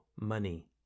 money